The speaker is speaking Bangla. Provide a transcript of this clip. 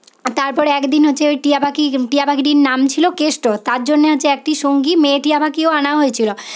তারপর একদিন হচ্ছে ওই টিয়াপাখি টিয়াপাখিটির নাম ছিল কেষ্ট তার জন্যে হচ্ছে একটি সঙ্গী মেয়ে টিয়াপাখিও আনা হয়েছিল